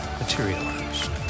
materialized